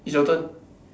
it's your turn